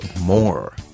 More